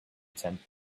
tenth